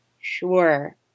Sure